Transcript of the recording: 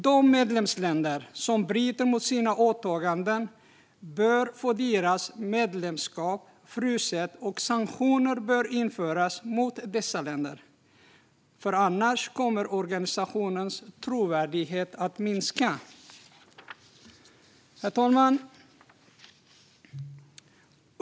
De medlemsländer som bryter mot sina åtaganden bör få sitt medlemskap fruset, och sanktioner bör införas mot dessa länder. Annars kommer organisationens trovärdighet att minska. Herr talman!